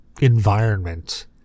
environment